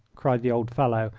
cried the old fellow,